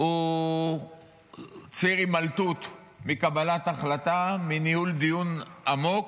הוא ציר הימלטות מקבלת החלטה, מניהול דיון עמוק.